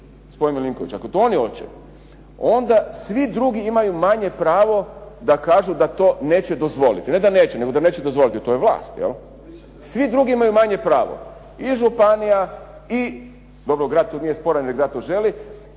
gospodine Milinković, ako to oni hoće, onda svi drugi imaju manje pravo da kažu da to neće dozvoliti, ne da neće, nego da neće dozvoliti, to je vlast, je li. Svi drugi imaju manje pravo. I županija i, dobro grad tu nije sporan jer grad to želi